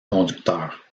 conducteur